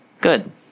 Good